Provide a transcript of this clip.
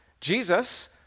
Jesus